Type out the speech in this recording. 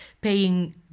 paying